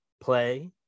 play